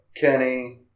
Kenny